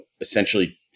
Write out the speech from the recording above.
essentially